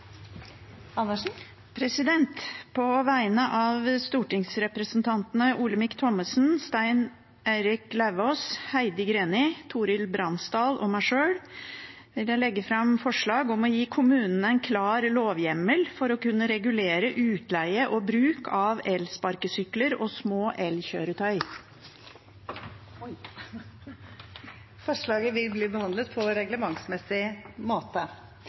På vegne av stortingsrepresentantene Olemic Thommessen, Stein Erik Lauvås, Heidi Greni, Torhild Bransdal og meg sjøl vil jeg legge fram forslag om å gi kommunene en klar lovhjemmel for å kunne regulere utleie og bruk av elsparkesykler og små elkjøretøy. Forslaget vil bli behandlet på reglementsmessig måte.